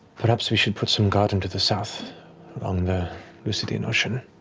perhaps we should put some guard into the south on the lucidian ocean.